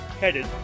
headed